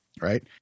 right